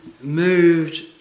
moved